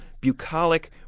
bucolic